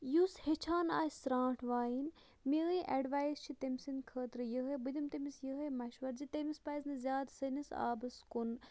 یُس ہیٚچھان آسہِ سرٛانٹھ وایِنۍ میٛٲنۍ اٮ۪ڈوایِس چھِ تٔمۍ سٕنٛدۍ خٲطرٕ یِہوٚے بہٕ دِمہٕ تٔمِس یِہوٚے مشوَرٕ زِ تٔمِس پَزِ نہٕ زیادٕ سٔنِس آبَس کُن